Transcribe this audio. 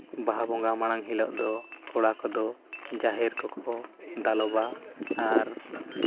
ᱵᱟᱦᱟ ᱵᱚᱸᱜᱟ ᱢᱟᱲᱟᱝ ᱦᱤᱞᱳᱜ ᱫᱚ ᱠᱚᱲᱟ ᱠᱚᱠᱚ ᱡᱟᱦᱮᱨ ᱠᱚᱠᱚ ᱫᱟᱞᱚᱵᱟ ᱟᱨ